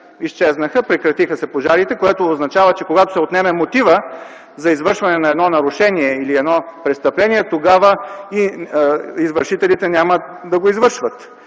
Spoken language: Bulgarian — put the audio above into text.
изчезнаха, прекратиха се, което означава, че когато се отнеме мотивът за извършване на едно нарушение или престъпление, тогава и извършителите няма да го извършват.